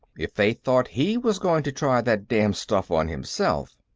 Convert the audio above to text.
if they thought he was going to try that damned stuff on himself.